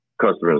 customers